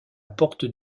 porte